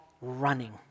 running